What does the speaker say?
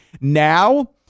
now